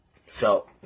felt